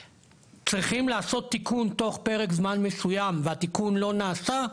צריכים לעשות תיקון תוך פרק זמן מסוים והתיקון לא נעשה,